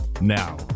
Now